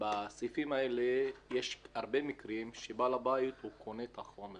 - בסעיפים האלה יש הרבה מקרים שבעל הבית קונה את החומר,